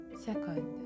Second